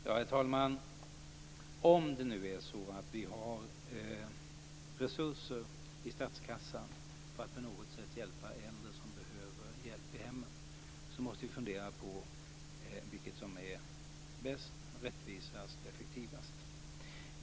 Herr talman! Om det nu är så att vi har resurser i statskassan för att på något sätt hjälpa äldre som behöver hjälp i hemmen måste vi fundera på vilket som är bäst, mest rättvist och effektivast.